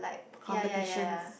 competitions